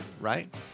right